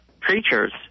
preachers